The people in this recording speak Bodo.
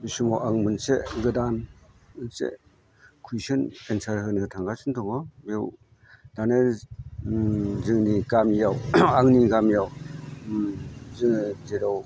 बे समाव आं मोनसे गोदान मोनसे कुइसन एनसार होनो थांगासिनो दङ बेयाव तारमाने जोंनि गामियाव आंनि गामियाव जोङो जेराव